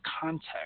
context